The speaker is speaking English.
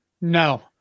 No